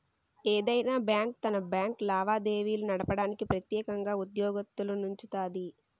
ఏదైనా బ్యాంకు తన బ్యాంకు లావాదేవీలు నడపడానికి ప్రెత్యేకంగా ఉద్యోగత్తులనుంచుతాది